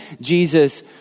Jesus